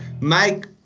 Mike